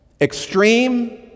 extreme